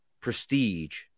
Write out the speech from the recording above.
prestige